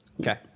Okay